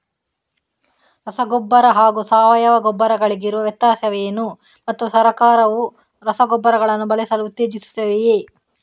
ರಸಗೊಬ್ಬರ ಹಾಗೂ ಸಾವಯವ ಗೊಬ್ಬರ ಗಳಿಗಿರುವ ವ್ಯತ್ಯಾಸವೇನು ಮತ್ತು ಸರ್ಕಾರವು ರಸಗೊಬ್ಬರಗಳನ್ನು ಬಳಸಲು ಉತ್ತೇಜಿಸುತ್ತೆವೆಯೇ?